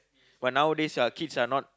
but nowadays ah kids are not